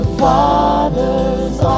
father's